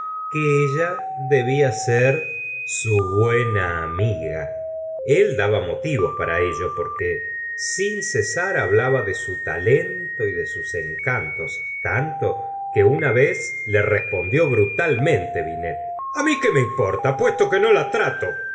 que ella debla ser su buena amiga el daba motivo para ello porque sin cesar hablaba de su talento y de sus encantos tanto que una vez le respondió brutalmente binet tz prev gustavo plaubert a mi que me importa puesto que no la trato